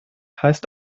heißt